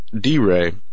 D-Ray